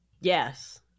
Yes